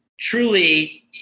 truly